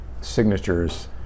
signatures